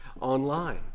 online